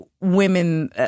Women